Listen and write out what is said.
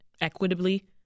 equitably